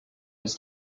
was